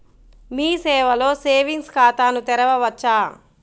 మీ సేవలో సేవింగ్స్ ఖాతాను తెరవవచ్చా?